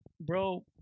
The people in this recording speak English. bro